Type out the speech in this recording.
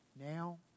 now